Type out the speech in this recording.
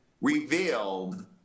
revealed